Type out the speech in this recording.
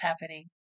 happening